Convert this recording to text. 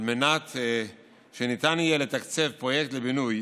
על מנת שניתן יהיה לתקצב פרויקט לבינוי